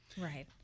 Right